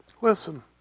Listen